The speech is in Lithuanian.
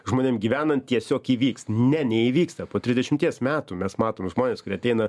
žmonėm gyvenant tiesiog įvyks ne neįvyksta po trisdešimties metų mes matome žmones kurie ateina